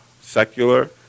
secular